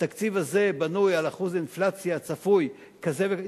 התקציב הזה בנוי על אחוז אינפלציה צפוי כזה וכזה.